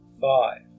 Five